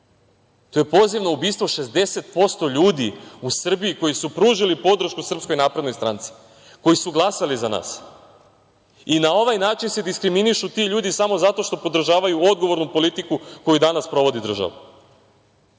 to je poziv na ubistvo 60% ljudi u Srbiji koji su pružili podršku SNS, koji su glasali za nas. Na ovaj način se diskriminišu ti ljudi samo zato što podržavaju odgovornu politiku koju danas sprovodi država.